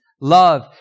love